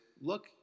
look